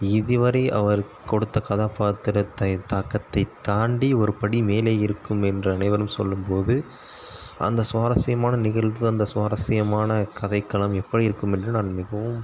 இதுவரை அவர் கொடுத்த கதாபாத்திரத்தை தாக்கத்தை தாண்டி ஒரு படி மேலே இருக்கும் என்று அனைவரும் சொல்லும் போது அந்த சுவாரசியமான நிகழ்வு அந்த சுவாரசியமான கதைக்களம் எப்படி இருக்கும் என்று நான் மிகவும்